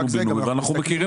ובינוי ואנחנו מכירים את המציאות.